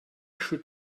should